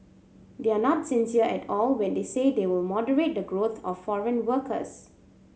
they are not sincere at all when they say they will moderate the growth of foreign workers